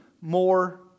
more